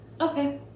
okay